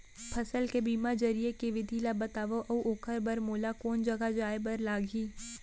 फसल के बीमा जरिए के विधि ला बतावव अऊ ओखर बर मोला कोन जगह जाए बर लागही?